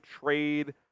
trade